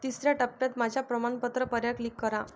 तिसर्या टप्प्यात माझ्या प्रमाणपत्र पर्यायावर क्लिक करा